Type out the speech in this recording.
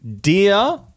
Dear